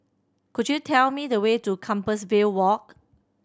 could you tell me the way to Compassvale Walk